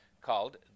called